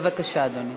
בבקשה, אדוני.